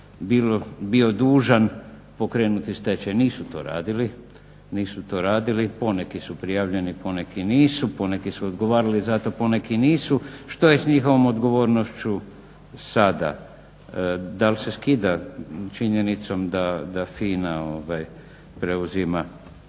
bio dužan pokrenuti stečaj. Nisu to radili, poneki su prijavljeni, poneki nisu. Poneki su odgovarali za to, poneki nisu. Što je s njihovom odgovornošću sada? Da li se skida činjenicom da FINA preuzima